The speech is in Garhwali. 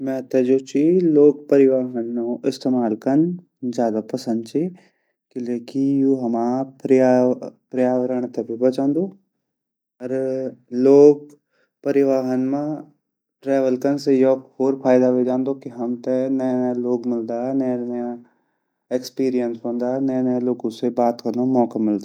मैते जु ची लोक परिवाहनो इस्तेमाल कन ज़्यादा पसंद ची किले यु हमा पर्यावरंड ते भी बच्चोंदु अर लोक परिवहन मा ट्रेवल कन से योक होर फायदा वे जांदू की हमते नया-नया लोक मिलदा नया-नया एक्सपीरियंस वॉन्डा अर नया-नया लोकु से बात कनो मौका मिल्दु।